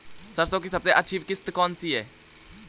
सरसो की सबसे अच्छी किश्त कौन सी है?